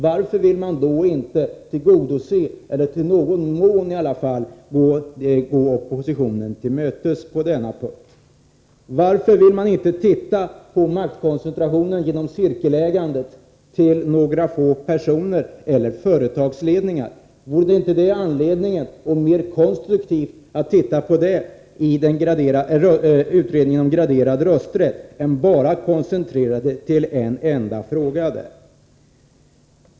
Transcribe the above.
Varför vill man då inte tillgodose vårt krav, eller i alla fall i någon mån gå oppositionen till mötes på denna punkt? Varför vill man inte titta på den maktkoncentration till några få personer eller företagsledningar som är en följd av cirkelägandet? Vore det inte mer konstruktivt att i utredningen om den graderade rösträtten studera också cirkelägandet, i stället för att koncentrera utredningsarbetet på en enda fråga?